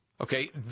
Okay